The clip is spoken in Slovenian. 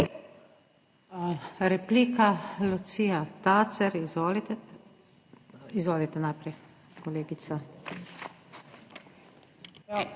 Replika, Lucija Tacer. Izvolite, izvolite najprej, kolegica.